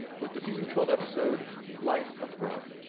with the season twelve episode life of brian.